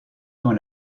dans